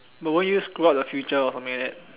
but won't you screw up the future or something like that